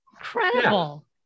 incredible